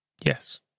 Yes